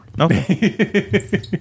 Okay